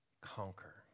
Conquer